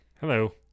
Hello